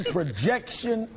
Projection